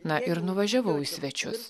na ir nuvažiavau į svečius